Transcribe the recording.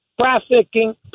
Trafficking